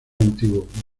antiguo